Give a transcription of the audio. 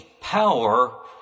power